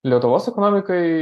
lietuvos ekonomikai